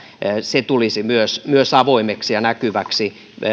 tulisi avoimeksi ja näkyväksi myös se